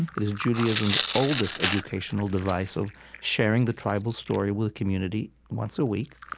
it is judaism's oldest educational device of sharing the tribal story with the community once a week,